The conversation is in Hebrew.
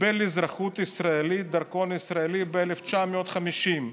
קיבל אזרחות ישראלית, דרכון ישראלי, ב-1950.